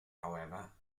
however